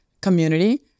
community